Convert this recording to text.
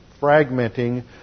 fragmenting